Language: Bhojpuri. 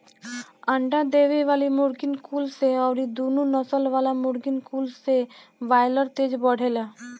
अंडा देवे वाली मुर्गीन कुल से अउरी दुनु नसल वाला मुर्गिन कुल से बायलर तेज बढ़ेला